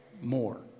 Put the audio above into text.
more